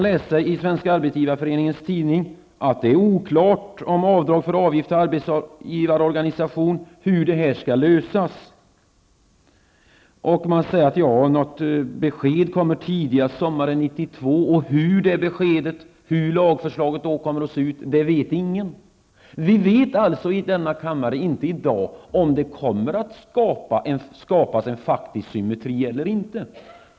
I Svenska arbetsgivareföreningens tidning står det att det är oklart hur frågan om avdrag för avgift till arbetsgivarorganisation skall lösas. Det sägs vidare att besked kommer att lämnas tidigast sommaren 1992. Och hur lagförslaget då kommer att se ut vet ingen. I denna kammare vet vi alltså inte i dag om det kommer att skapas en faktisk symmetri eller inte.